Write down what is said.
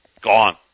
Gone